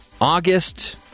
August